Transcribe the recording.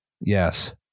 Yes